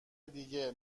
دیگه